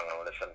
listen